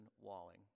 Walling